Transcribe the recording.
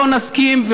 לא נסכים,